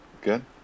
Good